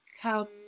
come